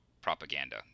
propaganda